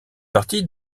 partie